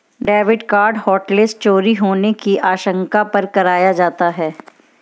debit card hotlist चोरी होने की आशंका पर कराया जाता है